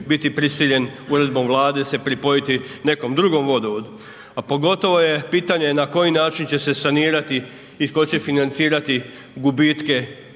biti prisiljen uredbom Vlade se pripojiti nekom drugom vodovodu. A pogotovo je pitanje na koji način će se sanirati i tko će financirati gubitke